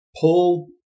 pull